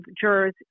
jurors